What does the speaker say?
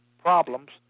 problems